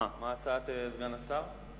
מה הצעת סגן השר?